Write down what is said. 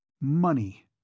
Money